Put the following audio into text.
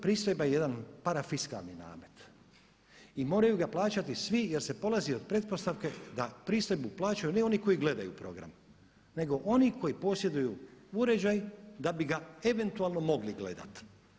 Pristojba je jedan parafiskalni namet i moraju ga plaćati svi jer se polazi od pretpostavke da pristojbu plaćaju ne oni koji gledaju program nego oni koji posjeduju uređaj da bi ga eventualno mogli gledati.